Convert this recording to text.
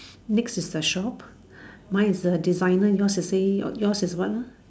next is a shop mine is designer yours is a say yours is what ah